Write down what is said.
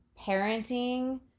parenting